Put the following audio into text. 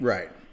Right